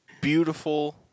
beautiful